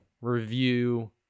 Review